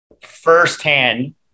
firsthand